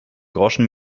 groschen